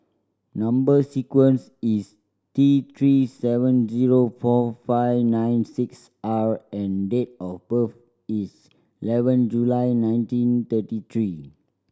number sequence is T Three seven zero four five nine six R and date of birth is eleven July nineteen thirty three